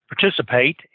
participate